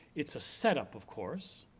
it's a setup of course.